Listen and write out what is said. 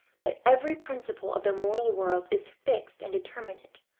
that every principle of the moral world is fixed and determinate,